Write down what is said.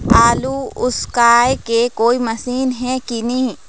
आलू उसकाय के कोई मशीन हे कि नी?